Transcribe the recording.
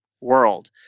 world